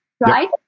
right